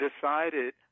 decided